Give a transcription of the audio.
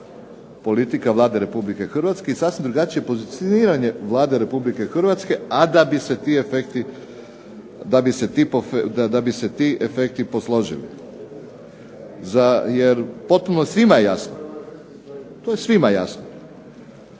politika Vlade Republike Hrvatske i sasvim drugačije pozicioniranje Vlade Republike Hrvatske, a da bi se ti efekti posložili. Jer potpuno je svima jasno, to je svima jasno,